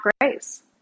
grace